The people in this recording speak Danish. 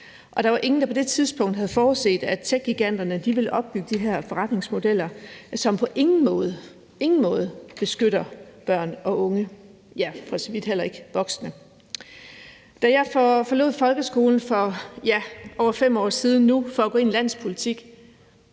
Der var ingen, der på det tidspunkt havde forudset, at techgiganterne ville opbygge de her forretningsmodeller, som på ingen måde – ingen måde – beskytter børn og unge og for så vidt heller ikke voksne. Da jeg forlod folkeskolen for over 5 år siden nu for at gå ind i landspolitik,